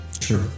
Sure